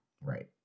Right